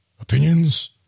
opinions